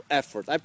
effort